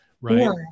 right